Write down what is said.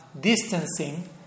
Distancing